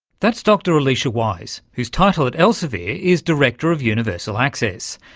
that's dr alicia wise, whose title at elsevier is director of universal access.